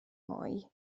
mwy